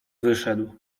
wyszedł